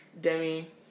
Demi